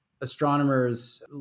Astronomers